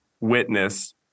witness